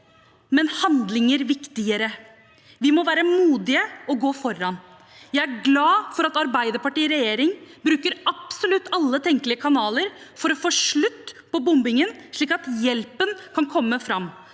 men handlinger er viktigere. Vi må være modige og gå foran. Jeg er glad for at Arbeiderpartiet i regjering bruker absolutt alle tenkelige kanaler for å få slutt på bombingen, slik at hjelpen kan komme fram.